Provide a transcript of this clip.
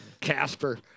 Casper